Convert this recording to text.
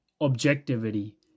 objectivity